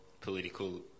political